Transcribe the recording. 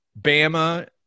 Bama